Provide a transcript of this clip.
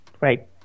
Right